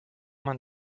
man